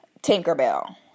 Tinkerbell